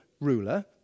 ruler